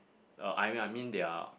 uh I mean I mean they are